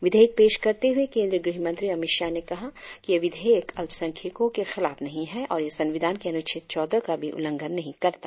विधेयक पेश करते हुए केंद्रीय गृहमंत्री अमित शाह ने कहा कि यह विधेयक अल्पसंख्यकों के खिलाफ नहीं है और यह संविधान के अनुच्छेद चौदह का भी उल्लंघन नहीं करता